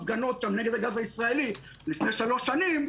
הפגנות נגד הגז הישראלי לפני שלוש שנים,